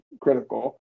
critical